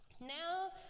Now